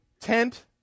tent